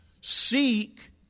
Seek